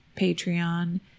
Patreon